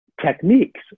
techniques